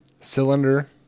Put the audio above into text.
Cylinder